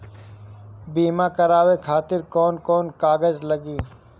बीमा कराने खातिर कौन कौन कागज लागी?